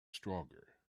stronger